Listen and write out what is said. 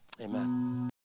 amen